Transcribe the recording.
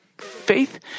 faith